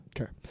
Okay